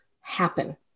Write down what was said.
happen